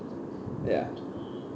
ya